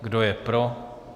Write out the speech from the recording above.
Kdo je pro?